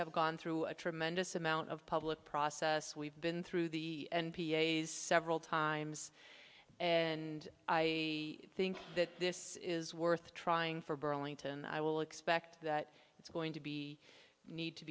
have gone through a tremendous amount of public process we've been through the n p a several times and i think that this is worth trying for burlington i will expect that it's going to be need to